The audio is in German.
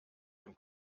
dem